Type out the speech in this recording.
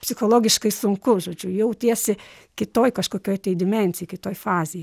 psichologiškai sunku žodžiu jautiesi kitoj kažkokioj tai dimensijoj kitoj fazėj